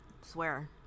Swear